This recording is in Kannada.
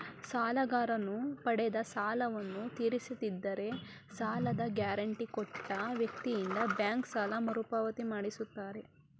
ಸಾಲಗಾರನು ಪಡೆದ ಸಾಲವನ್ನು ತೀರಿಸದಿದ್ದರೆ ಸಾಲದ ಗ್ಯಾರಂಟಿ ಕೊಟ್ಟ ವ್ಯಕ್ತಿಯಿಂದ ಬ್ಯಾಂಕ್ ಸಾಲ ಮರುಪಾವತಿ ಮಾಡಿಸುತ್ತಾರೆ